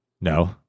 No